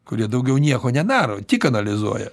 kurie daugiau nieko nedaro tik analizuoja